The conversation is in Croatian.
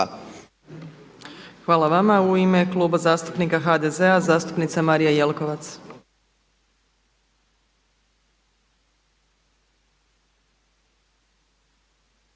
Hvala vama. U ime Kluba zastupnika HDZ-a zastupnica Marija Jelkovac.